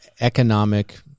economic